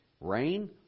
Rain